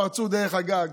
פרצו דרך הגג.